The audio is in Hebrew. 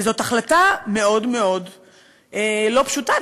וזאת החלטה מאוד מאוד לא פשוטה.